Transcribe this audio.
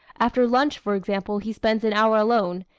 after lunch, for example, he spends an hour alone,